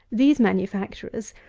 these manufacturers,